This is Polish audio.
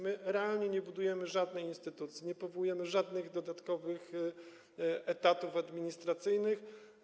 My realnie nie budujemy żadnej instytucji, nie powołujemy żadnych dodatkowych etatów administracyjnych.